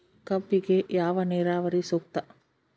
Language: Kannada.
ಕಬ್ಬಿಗೆ ಯಾವ ನೇರಾವರಿ ಸೂಕ್ತ?